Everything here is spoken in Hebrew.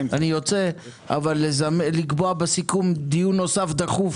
אני יוצא אבל לקבוע בסיכום דיון נוסף דחוף